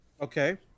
Okay